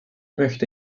möchte